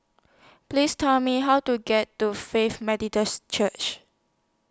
Please Tell Me How to get to Faith Methodist Church